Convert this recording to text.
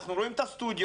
אנחנו רואים את הסטודיו,